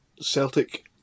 Celtic